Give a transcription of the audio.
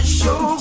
show